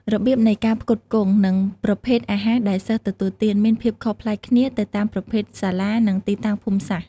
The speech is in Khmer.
របៀបនៃការផ្គត់ផ្គង់ និងប្រភេទអាហារដែលសិស្សទទួលទាន មានភាពខុសប្លែកគ្នាទៅតាមប្រភេទសាលា និងទីតាំងភូមិសាស្ត្រ។